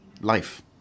life